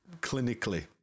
clinically